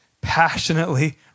passionately